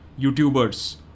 YouTubers